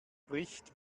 bricht